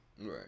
Right